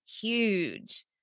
huge